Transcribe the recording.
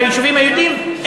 ביישובים היהודיים,